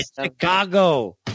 Chicago